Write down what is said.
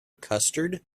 custard